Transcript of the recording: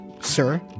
Sir